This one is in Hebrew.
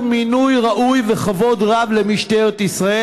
המחנה הציוני,